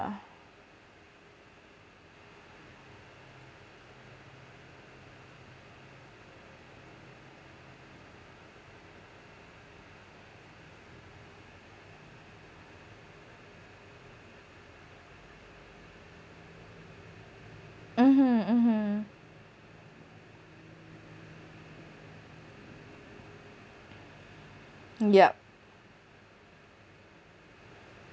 mmhmm mmhmm yup